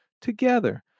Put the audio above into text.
together